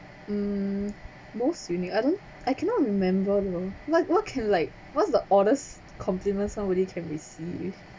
um most unique I don't I cannot remember lor like what can like what's the oddest complement somebody can receive